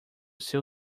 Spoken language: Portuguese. seu